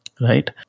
right